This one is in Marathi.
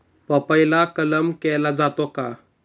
पपईला कलम केला जातो का?